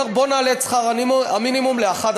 והוא אומר: בואו נעלה את שכר המינימום ל-11,000.